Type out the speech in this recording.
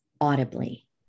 audibly